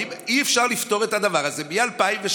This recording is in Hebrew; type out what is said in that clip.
האם אי-אפשר לפתור את הדבר הזה מ-2018,